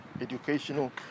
educational